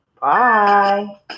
bye